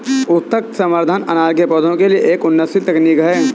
ऊतक संवर्धन अनार के पौधों के लिए एक उन्नत तकनीक है